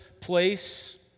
place